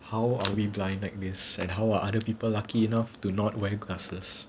how are we blind like this and how other people lucky enough to not wear glasses